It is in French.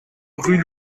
rue